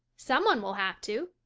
some one will have to.